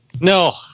No